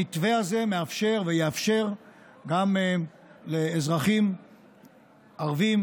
המתווה הזה מאפשר ויאפשר גם לאזרחים ערבים